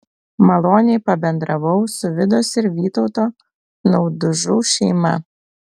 maloniai pabendravau su vidos ir vytauto naudužų šeima